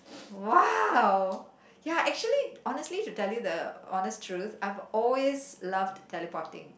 !wow! ya actually honestly to tell you the honest truth I've always loved teleporting